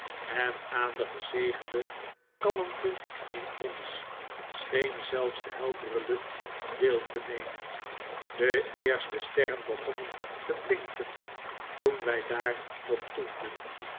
en aan de gezegende kalmte in ons scheen zelfs de heldere lucht deel te nemen de eerste sterren begonnen te blinken toen wij daar nog toefden